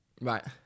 Right